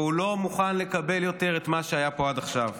והוא לא מוכן לקבל יותר את מה שהיה פה עד עכשיו.